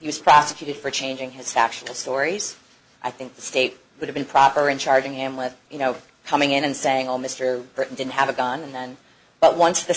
he was prosecuted for changing his factional stories i think the state would have been proper in charging him with you know coming in and saying oh mr burton didn't have a gun and then but once the